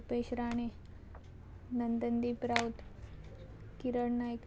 Upesh Rane Nandan Deep Rawat Kiran Naik